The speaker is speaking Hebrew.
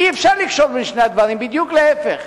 אי-אפשר לקשור בין שני הדברים, בדיוק להיפך.